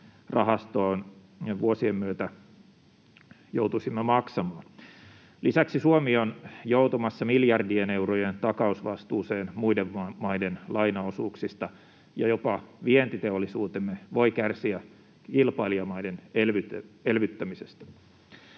rahastoon vuosien myötä joutuisimme maksamaan. Lisäksi Suomi on joutumassa miljardien eurojen takausvastuuseen muiden maiden lainaosuuksista, ja jopa vientiteollisuutemme voi kärsiä kilpailijamaiden elvyttämisestä.